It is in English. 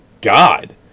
God